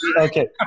Okay